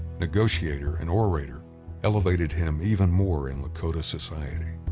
negotiator and orator elevated him even more in lakota society.